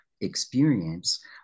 experience